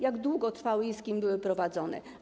Jak długo trwały i z kim były prowadzone?